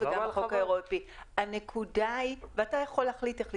אתה יכול להחליט איך לתבוע.